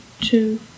two